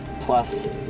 Plus